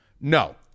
no